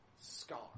scar